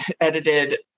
edited